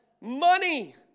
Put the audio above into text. money